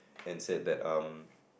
and said that um